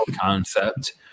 concept